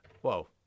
Whoa